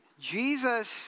Jesus